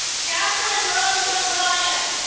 catherine rose o'brien